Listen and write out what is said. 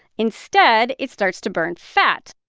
instead it starts to burn fat.